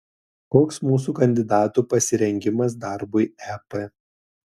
koks mūsų kandidatų pasirengimas darbui ep